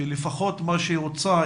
שלפחות מה שהוצע,